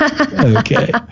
Okay